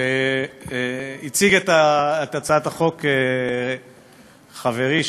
הציג את הצעת החוק חברי,